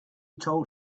told